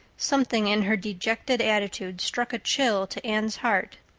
something in her dejected attitude struck a chill to anne's heart.